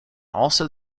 also